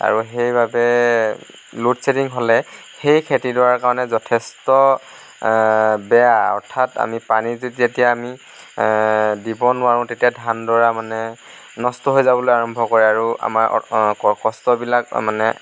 আৰু সেইবাবে load shedding হ'লে সেই খেতিডৰাৰ কাৰণে যথেষ্ট বেয়া অৰ্থাৎ আমি পানীটো যেতিয়া আমি দিব নোৱাৰোঁ তেতিয়া ধান দৰা মানে নষ্ট হৈ যাবলৈ আৰম্ভ কৰে আৰু আমাৰ কষ্টবিলাক মানে